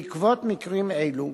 בעקבות מקרים אלו